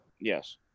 Yes